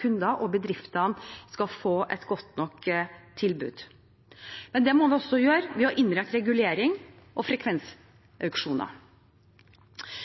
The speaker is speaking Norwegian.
kunder og bedriftene skal få et godt nok tilbud. Men det må vi gjøre ved å innrette reguleringen og frekvensauksjonene.